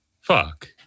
fuck